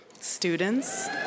students